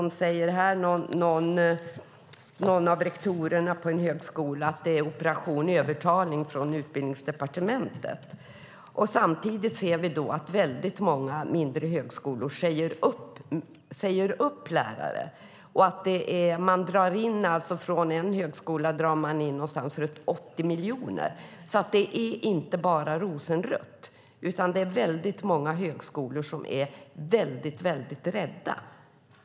Någon av rektorerna på en högskola säger att det är operation övertalning från Utbildningsdepartementet. Samtidigt ser vi att många mindre högskolor säger upp lärare. På en högskola drar man in runt 80 miljoner. Det är alltså inte bara rosenrött, utan det är många högskolor som är väldigt rädda.